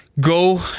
go